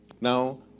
Now